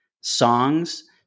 songs